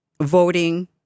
voting